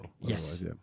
Yes